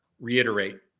reiterate